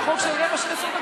זה חוק של עשר דקות,